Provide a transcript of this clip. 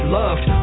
loved